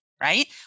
right